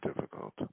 difficult